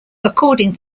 according